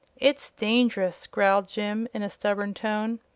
it's dangerous, growled jim, in a stubborn tone.